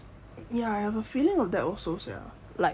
ya I have a feeling of that also sia like